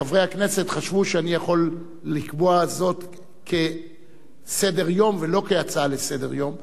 חברי הכנסת חשבו שאני יכול לקבוע זאת כסדר-היום ולא כהצעה לסדר-היום.